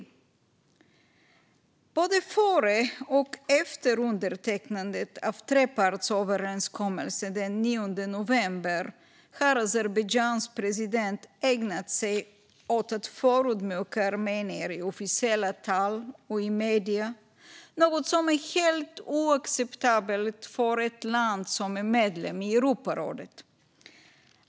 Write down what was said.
Både före och efter undertecknandet av trepartsöverenskommelsen den 9 november har Azerbajdzjans president ägnat sig åt att förödmjuka armenier i officiella tal och i medier, något som är helt oacceptabelt av ett land som är medlem i Europarådet.